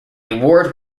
award